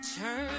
Turn